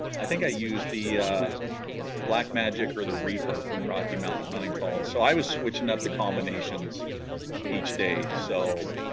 i think i used the black magic or the reaper from rocky mountain hunting calls so i was switching up the combinations each day so